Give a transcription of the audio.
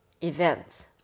event